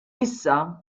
issa